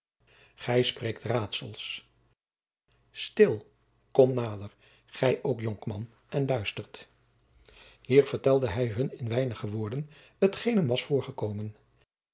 stil kom nader gij ook jonkman en luistert hier vertelde hij hun in weinige woorden t geen hem was voorgekomen